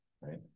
right